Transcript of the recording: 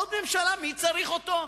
עוד ממשלה, מי צריך אותו?